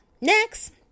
Next